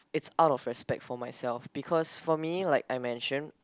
it's out of respect for myself because for me like I mentioned